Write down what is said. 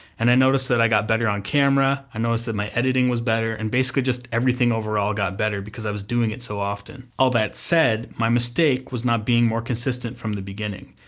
and i noticed that i got better on camera, camera, i noticed that my editing was better, and basically just everything overall got better, because i was doing it so often. all that said, my mistake was not being more consistent from the beginning,